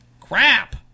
Crap